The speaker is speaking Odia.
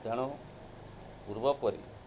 ପୂର୍ବପରି